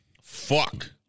Fuck